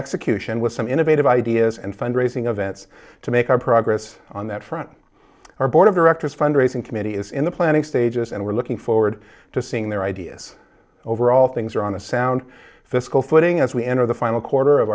execution with some innovative ideas and fundraising events to make our progress on that front our board of directors fundraising committee is in the planning stages and we're looking forward to seeing their ideas overall things are on a sound fiscal footing as we enter the final quarter of